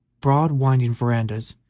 broad, winding verandas,